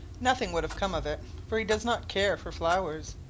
nothing would have come of it, for he does not care for flowers.